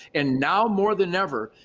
and now more than ever,